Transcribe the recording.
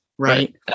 Right